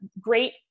great